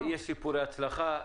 יש סיפורי הצלחה,